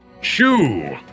Shoo